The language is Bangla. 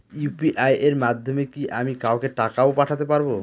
ইউ.পি.আই এর মাধ্যমে কি আমি কাউকে টাকা ও পাঠাতে পারবো?